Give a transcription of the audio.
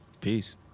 Peace